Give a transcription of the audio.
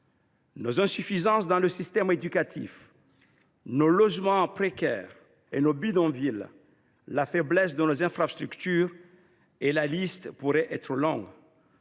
nos insuffisances dans le système éducatif, nos logements précaires et nos bidonvilles, la faiblesse de nos infrastructures… La liste pourrait être longue